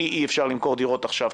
כי אי-אפשר למכור דירות עכשיו,